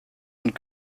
und